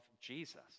Jesus